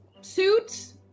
suits